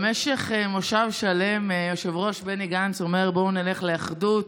במשך מושב שלם היושב-ראש בני גנץ אומר: בואו נלך לאחדות,